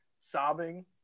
sobbing